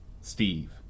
Steve